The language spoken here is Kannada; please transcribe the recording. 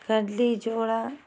ಕಡ್ಲೆ ಜೋಳ